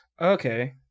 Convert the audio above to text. Okay